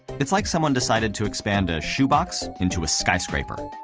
it's like someone decided to expand a shoebox into a skyscraper.